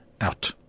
out